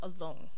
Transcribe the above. alone